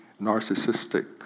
narcissistic